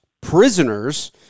prisoners